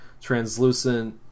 Translucent